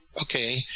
okay